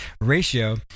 ratio